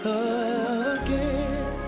again